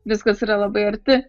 viskas yra labai arti